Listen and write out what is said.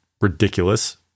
Ridiculous